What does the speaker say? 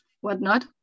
whatnot